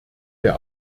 der